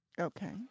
Okay